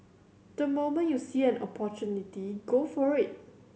the moment you see an opportunity go for it